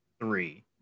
three